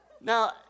Now